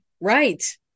Right